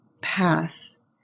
pass